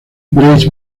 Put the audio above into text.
grace